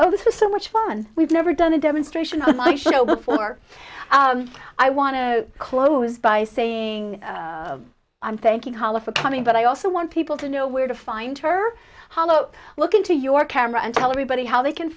oh this is so much fun we've never done a demonstration of my show before i want to close by saying i'm thanking hala for coming but i also want people to know where to find her hollow look into your camera and tell everybody how they can